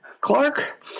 Clark